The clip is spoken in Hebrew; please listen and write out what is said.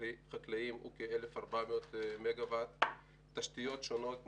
חקלאיים הוא כ-1,400 מגה וואט; מתשתיות שונות,